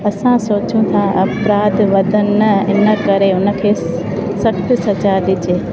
असां सोचूं था अपराध वधनि न इनकरे हुनखे सख़्तु सजा ॾिजे